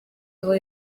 aho